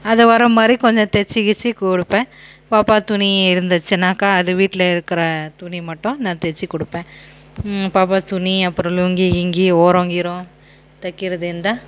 அதுவர மாதிரி கொஞ்சம் தச்சிக்கிச்சு கொடுப்பேன் பாப்பா துணி இருந்துச்சுன்னாக்க அது வீட்டில் இருக்கிற துணி மட்டும் நான் தச்சு கொடுப்பேன் பாப்பா துணி அப்புறம் லுங்கிகிங்கி ஓரங்கீரம் தைக்கிறது இருந்தால்